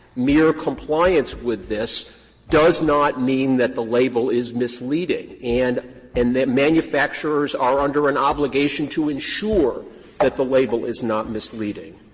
mere compliance with this does not mean that the label is misleading and and that manufacturers are under an obligation to ensure that the label is not misleading.